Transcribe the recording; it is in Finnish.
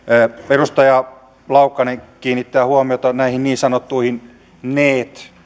edustaja laukkanen kiinnittää huomiota näihin niin sanottuihin neet